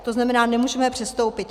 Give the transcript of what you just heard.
To znamená, nemůžeme ji přestoupit.